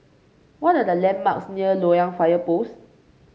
what are the landmarks near Loyang Fire Post